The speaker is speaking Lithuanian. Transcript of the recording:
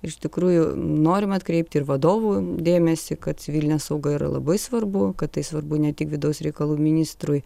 iš tikrųjų norim atkreipt ir vadovų dėmesį kad civilinė sauga yra labai svarbu kad tai svarbu ne tik vidaus reikalų ministrui